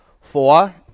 Four